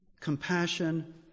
compassion